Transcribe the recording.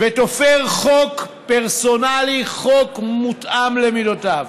ותופר חוק פרסונלי, חוק מותאם למידותיו?